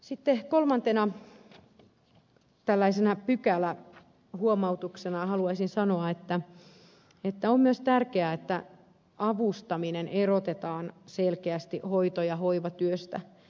sitten kolmantena tällaisena pykälähuomautuksena haluaisin sanoa että on myös tärkeää että avustaminen erotetaan selkeästi hoito ja hoivatyöstä